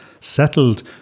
settled